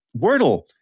Wordle